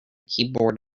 keyboard